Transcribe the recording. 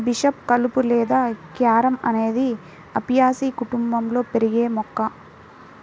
bishop కలుపు లేదా carom అనేది అపియాసి కుటుంబంలో పెరిగే మొక్క